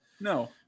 no